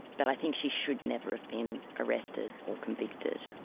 but i think she should never have been arrested or convicted.